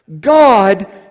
God